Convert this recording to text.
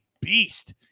beast